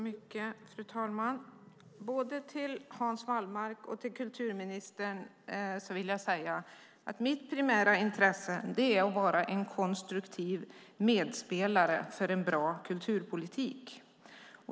Fru talman! Både till Hans Wallmark och till kulturministern vill jag säga att mitt primära intresse är att vara en konstruktiv medspelare för en bra kulturpolitik.